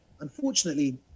unfortunately